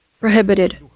prohibited